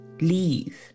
Leave